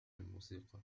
الموسيقى